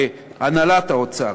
להנהלת האוצר,